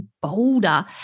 bolder